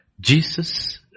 Jesus